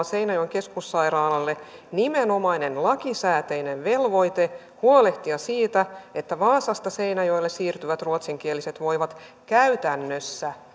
seinäjoen keskussairaalalle nimenomainen lakisääteinen velvoite huolehtia siitä että vaasasta seinäjoelle siirtyvät ruotsinkieliset voivat käytännössä